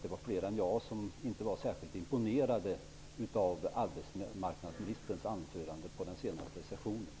Det var fler än jag som inte var särskilt imponerade av arbetsmarknadsministerns anförande på den senaste sessionen.